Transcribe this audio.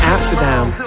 Amsterdam